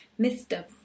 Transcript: Mr